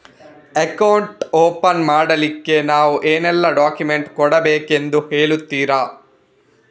Account open ಮಾಡ್ಲಿಕ್ಕೆ ನಾವು ಏನೆಲ್ಲ ಡಾಕ್ಯುಮೆಂಟ್ ಕೊಡಬೇಕೆಂದು ಹೇಳ್ತಿರಾ?